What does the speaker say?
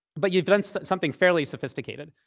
but you've done so something fairly sophisticated.